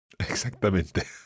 Exactamente